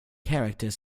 character